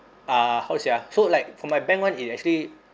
uh how to say ah so like for my bank [one] it actually